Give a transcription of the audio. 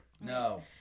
No